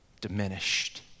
diminished